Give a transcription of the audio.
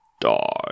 Die